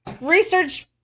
research